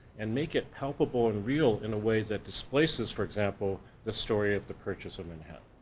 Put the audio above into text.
and make it palpable and real in a way that displaces, for example, the story of the purchase of manhattan.